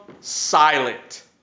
silent